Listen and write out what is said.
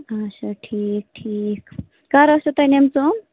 اچھا ٹھیٖک ٹھیٖک کَر آسوٕ تۄہہِ نِمژٕ تِم